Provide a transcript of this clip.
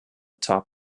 top